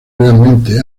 realmente